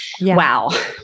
Wow